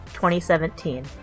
2017